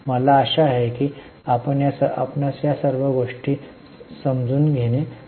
मला आशा आहे की आपण या सर्व गोष्टी योग्य रित्या समजून घेणे आपल्यासाठी समजले असेल